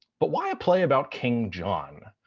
but why a play about king john?